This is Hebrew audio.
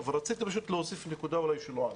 אבל רציתי להוסיף נקודה שלא עלתה,